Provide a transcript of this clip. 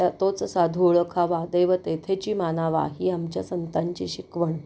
त्या तोच साधू ओळखावा देव तेथेची मानावा ही आमच्या संतांची शिकवण